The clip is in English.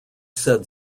said